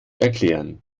erklären